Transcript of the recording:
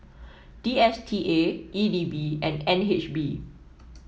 D S T A E D B and N H B